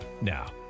Now